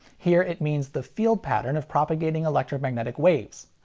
here it means the field pattern of propagating electromagnetic waves.